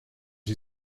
you